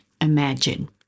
imagine